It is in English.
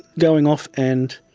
going off and,